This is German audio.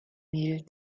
mehl